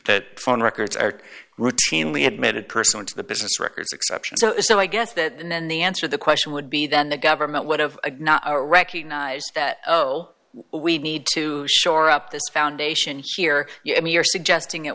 that phone records are routinely admitted person into the business records exceptions so i guess that and the answer the question would be then the government would have recognized that oh we need to shore up this foundation here yeah i mean you're suggesting it